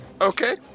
Okay